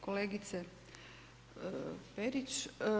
Kolegice Perić.